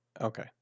Okay